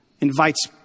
Invites